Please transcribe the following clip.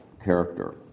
Character